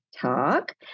talk